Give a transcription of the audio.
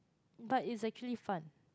but it's actually fun